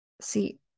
See